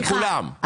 לכולם,